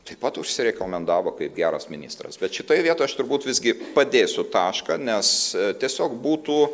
taip pat užsirekomendavo kaip geras ministras bet šitoj vietoj aš turbūt visgi padėsiu tašką nes tiesiog būtų